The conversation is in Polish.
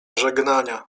żegnania